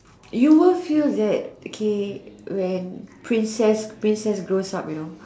you will feel that okay when princess when princess grows up you know